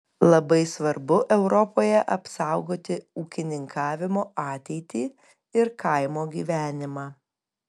labai svarbu europoje apsaugoti ūkininkavimo ateitį ir kaimo gyvenimą